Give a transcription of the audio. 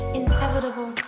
inevitable